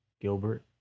Gilbert